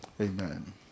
Amen